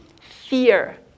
fear